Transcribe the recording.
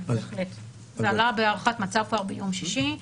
זה עלה בהערכת מצב כבר ביום שישי.